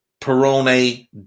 Perone